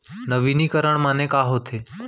नवीनीकरण माने का होथे?